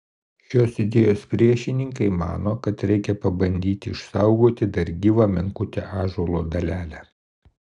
šios idėjos priešininkai mano kad reikia pabandyti išsaugoti dar gyvą menkutę ąžuolo dalelę